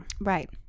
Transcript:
Right